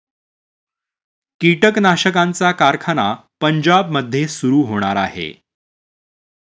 कीटकनाशकांचा कारखाना पंजाबमध्ये सुरू होणार आहे